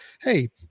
Hey